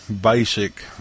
basic